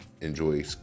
enjoy